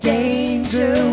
Danger